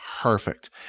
perfect